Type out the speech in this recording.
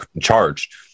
charged